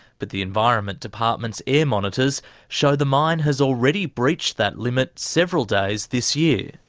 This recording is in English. but the environment department's air monitors show the mine has already breached that limit several days this year.